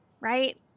right